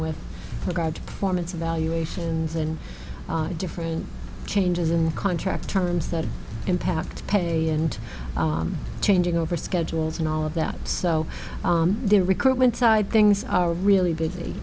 with regard to performance evaluations and different changes in the contract terms that impact pe and changing over schedules and all of that so the recruitment side things are really